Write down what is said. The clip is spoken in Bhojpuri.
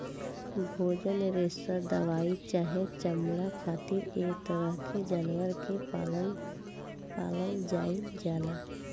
भोजन, रेशा दवाई चाहे चमड़ा खातिर ऐ तरह के जानवर के पालल जाइल जाला